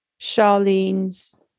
Charlene's